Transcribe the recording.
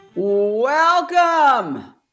Welcome